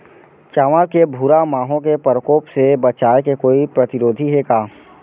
चांवल के भूरा माहो के प्रकोप से बचाये के कोई प्रतिरोधी हे का?